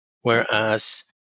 Whereas